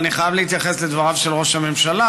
אבל אני חייב להתייחס לדבריו של ראש הממשלה,